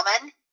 woman